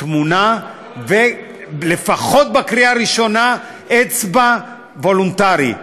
תמונה, ולפחות בקריאה ראשונה, אצבע, וולונטרי.